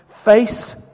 face